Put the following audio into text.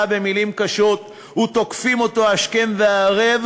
במילים קשות ותוקפים אותו השכם והערב,